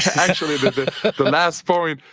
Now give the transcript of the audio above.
actually, the last point,